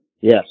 Yes